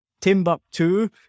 Timbuktu